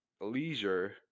leisure